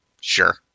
sure